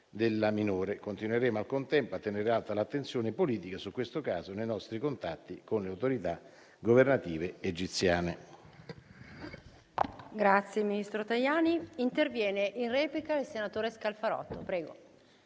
della minore. Continueremo al contempo a tenere alta l'attenzione politica su questo caso nei nostri contatti con le autorità governative egiziane.